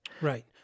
Right